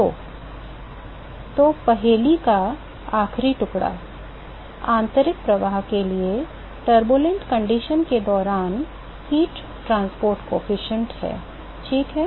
तो तो पहेली का आखिरी टुकड़ा आंतरिक प्रवाह के लिएअशांत स्थिति के दौरान ऊष्मा परिवहन गुणांक है ठीक है